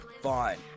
Fine